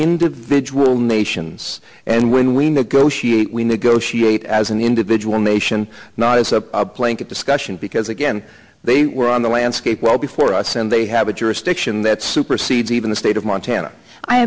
individual nations and when we negotiate we negotiate as an individual nation not as a blanket discussion because again they were on the landscape well before us and they have a jurisdiction that supersedes even the state of montana i